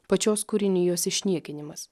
pačios kūrinijos išniekinimas